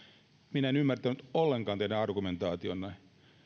minä en ymmärtänyt ollenkaan teidän argumentaatiotanne